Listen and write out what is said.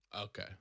Okay